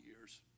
years